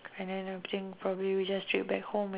and then I think probably we just straight back home